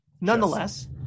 nonetheless